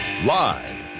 Live